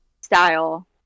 style